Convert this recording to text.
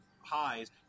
highs